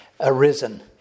arisen